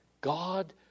God